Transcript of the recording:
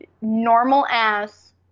normal-ass